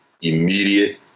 immediate